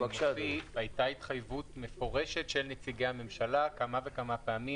הייתה התחייבות מפורשת של נציגי הממשלה כמה וכמה פעמים,